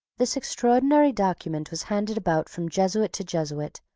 this extraordinary document was handed about from jesuit to jesuit,